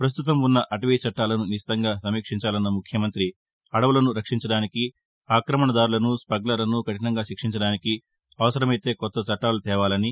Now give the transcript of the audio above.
పస్తుతమున్న అటవీ చట్టాలను నిశితంగా సమీక్షించాలన్న ముఖ్యమంత్రి అడవులను రక్షించడానికి ఆక్రమణదారులను స్నగ్గర్లను కఠినంగా శిక్షించడానికి అవసరమైన కొత్త చట్టాలు తేవాలని